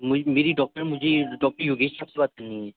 مٮٔی میری ڈاکٹر مجھے ڈاکٹر یوگیش صاحاب سے بات کرنی ہے